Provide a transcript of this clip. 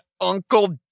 uncle